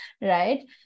right